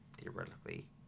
theoretically